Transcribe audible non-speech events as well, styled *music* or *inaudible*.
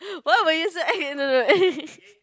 why were you so act *laughs* no no *laughs*